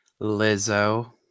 Lizzo